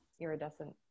iridescent